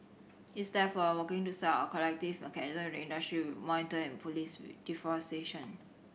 he is therefore working to set up a collective mechanism with the to monitor and police deforestation